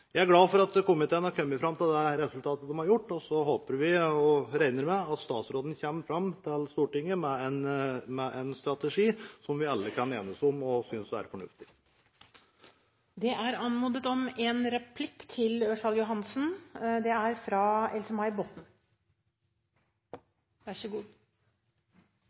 Jeg er glad for at komiteen har kommet fram til det resultatet som den har gjort, og så håper vi og regner med at statsråden kommer til Stortinget med en strategi som vi alle kan enes om og synes er